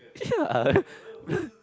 ya